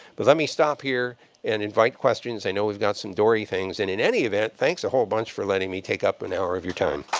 but let me stop here and invite questions. i know we've got some dory things. and in any event, thanks a whole bunch for letting me take up an hour of your time.